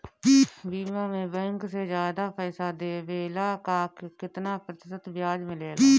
बीमा में बैंक से ज्यादा पइसा देवेला का कितना प्रतिशत ब्याज मिलेला?